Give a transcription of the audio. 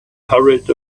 hurried